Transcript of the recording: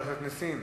למה אתה צועק?